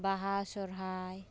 ᱵᱟᱦᱟ ᱥᱚᱨᱦᱟᱭ